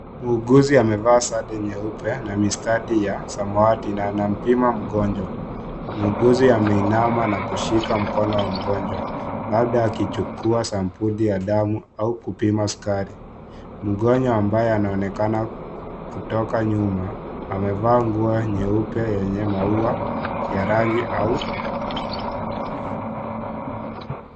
Muuguzi amevaa sare nyeupe na mistari ya samawati na anampima mgonjwa. Muuguzi ameinama na kushika mkono wa mgonjwa ,baada akichukua sampuli ya damu au kupima sukari. Mgonjwa ambaye anaonekana kutoka nyuma amevaa nguo nyeupe yenye maua ya rangi .